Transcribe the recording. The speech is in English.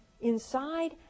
Inside